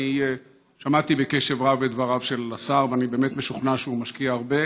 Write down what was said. אני שמעתי בקשב רב את דבריו של השר ואני באמת משוכנע שהוא משקיע הרבה.